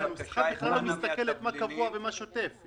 הנוסחה בכלל לא מסתכלת מה קבוע ומה שוטף.